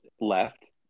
left